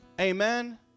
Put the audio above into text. amen